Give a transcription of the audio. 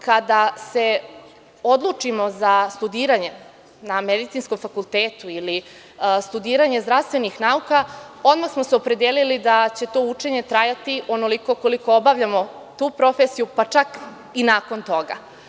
Kada se odlučimo za studiranje na medicinskom fakultetu ili studiranje zdravstvenih nauka, odmah smo se opredelili da će to učenje trajati onoliko koliko obavljamo tu profesiju, pa čak i nakon toga.